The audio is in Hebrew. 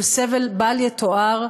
של סבל בל-יתואר,